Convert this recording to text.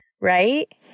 right